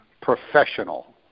professional